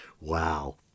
Wow